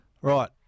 Right